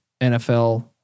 NFL